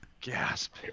Gasp